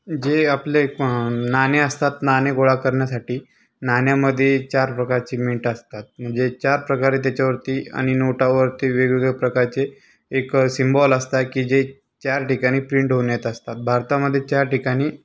जे आपले नाणे असतात नाणे गोळा करण्यासाठी नाण्यामध्ये चार प्रकारची मिटं असतात म्हणजे चार प्रकारे त्याच्यावरती आणि नोटावरती वेगवेगळ्या प्रकारचे एक सिम्बॉल असता की जे चार ठिकाणी प्रिंट होऊन येत असतात भारतामध्ये चार ठिकाणी